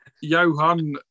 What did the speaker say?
Johan